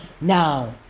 Now